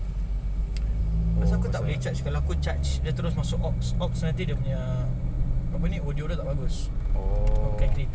aku really nak dengar balik lepas ni macam mana like aku nak betul aku tak tahu lah aku punya orang kan aku duduk aku sekarang dah malas !duh! dengar lagu